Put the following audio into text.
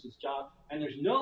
the job and there's no